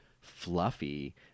fluffy